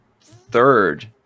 third